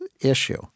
issue